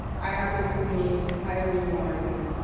i happened to meet eileen morrison.